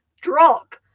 drop